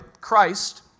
Christ